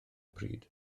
pryd